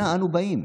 אנה אנו באים?